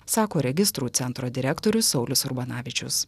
sako registrų centro direktorius saulius urbanavičius